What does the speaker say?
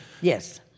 Yes